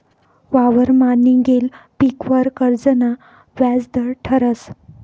वावरमा निंघेल पीकवर कर्जना व्याज दर ठरस